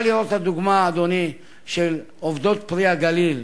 אפשר לראות את הדוגמה של עובדות "פרי הגליל".